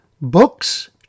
books